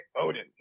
odin